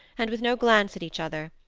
and with no glance at each other.